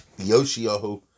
Yoshiyahu